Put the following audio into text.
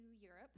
Europe